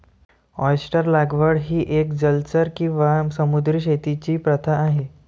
oyster लागवड ही एक जलचर किंवा समुद्री शेतीची प्रथा आहे